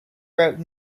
wrote